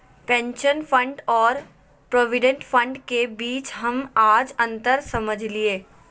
pension fund और provident fund के बीच हम आज अंतर समझलियै